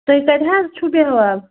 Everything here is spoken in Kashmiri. تُہۍ کَتہِ حظ چھُو بیٚہوان